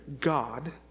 god